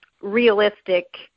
realistic